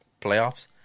playoffs